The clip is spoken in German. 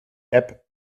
app